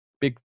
big